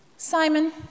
Simon